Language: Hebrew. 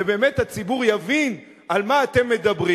ובאמת הציבור יבין על מה אתם מדברים.